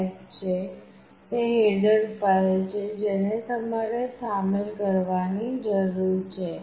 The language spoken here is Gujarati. h છે તે હેડર ફાઇલ છે જેને તમારે સામેલ કરવાની જરૂર છે